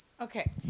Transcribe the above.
Okay